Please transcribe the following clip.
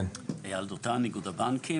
אייל דותן, איגוד הבנקים.